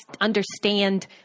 understand